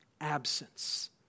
absence